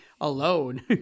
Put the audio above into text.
alone